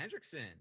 Hendrickson